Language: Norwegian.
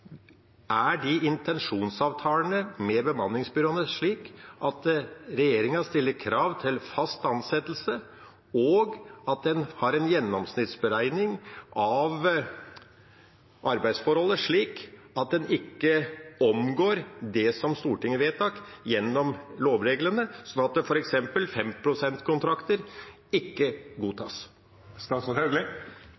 Er intensjonsavtalene med bemanningsbyråene slik at regjeringa stiller krav til fast ansettelse, og at en har en gjennomsnittsberegning av arbeidsforholdet, slik at en ikke omgår det som Stortinget vedtok gjennom lovreglene, slik at f.eks. 5-prosentkontrakter ikke